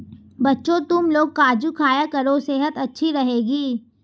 बच्चों, तुमलोग काजू खाया करो सेहत अच्छी रहेगी